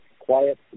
quiet